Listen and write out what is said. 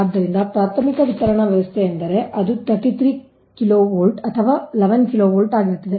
ಆದ್ದರಿಂದ ಪ್ರಾಥಮಿಕ ವಿತರಣಾ ವ್ಯವಸ್ಥೆ ಎಂದರೆ ಅದು 33 kV ಅಥವಾ 11 kV ಆಗಿರುತ್ತದೆ